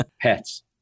pets